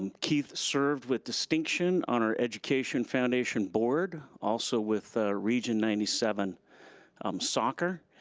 and keith served with distinction on our education foundation board, also with region ninety seven um soccer.